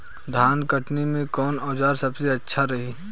धान कटनी मे कौन औज़ार सबसे अच्छा रही?